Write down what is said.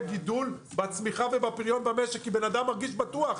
גידול בצמיחה ובפריון במשק כי אם אדם מרגיש בטוח,